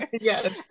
Yes